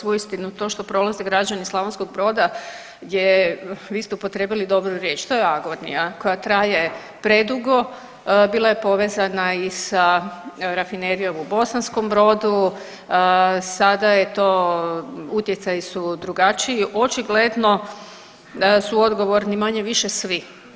Uistinu to što prolaze građani Slavonskog Broda je, vi ste upotrijebili dobru riječ, to je agonija koja traje predugo, bila je povezana i sa Rafinerijom u Bosanskom Brodu, sada je to, utjecaji su drugačiji, očigledno su odgovorni manje-više svi.